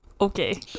okay